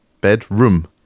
Bedroom